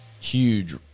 huge